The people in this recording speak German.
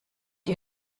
ihr